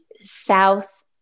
South